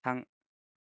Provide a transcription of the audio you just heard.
थां